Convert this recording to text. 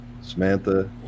samantha